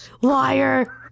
liar